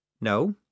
No